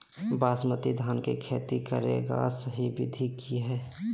बासमती धान के खेती करेगा सही विधि की हय?